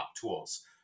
tools